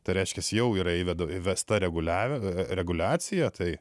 tai reiškiasi jau yra įvedu įvesta reguliavimą reguliacija tai